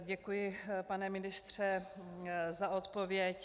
Děkuji, pane ministře, za odpověď.